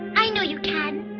i know you can.